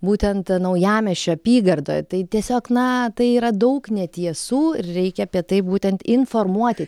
būtent naujamiesčio apygardoje tai tiesiog na tai yra daug netiesų reikia apie tai būtent informuoti